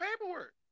paperwork